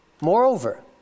Moreover